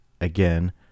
again